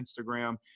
instagram